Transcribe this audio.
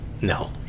no